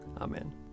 Amen